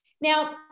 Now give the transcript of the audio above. Now